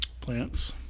plants